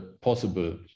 possible